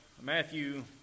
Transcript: matthew